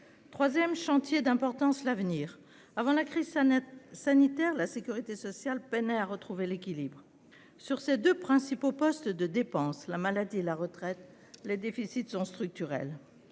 Troisième chantier d'importance, l'avenir. Avant la crise sanitaire, la sécurité sociale peinait à retrouver l'équilibre. Pour ses deux principaux postes de dépenses, la maladie et la retraite, les déficits sont structurels.